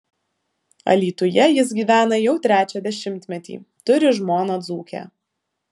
alytuje jis gyvena jau trečią dešimtmetį turi žmoną dzūkę